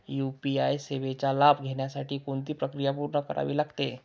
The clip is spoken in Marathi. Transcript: यू.पी.आय सेवेचा लाभ घेण्यासाठी कोणती प्रक्रिया पूर्ण करावी लागते?